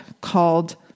called